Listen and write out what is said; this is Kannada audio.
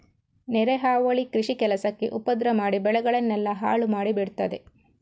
ನೆರೆ ಹಾವಳಿ ಕೃಷಿ ಕೆಲಸಕ್ಕೆ ಉಪದ್ರ ಮಾಡಿ ಬೆಳೆಗಳನ್ನೆಲ್ಲ ಹಾಳು ಮಾಡಿ ಬಿಡ್ತದೆ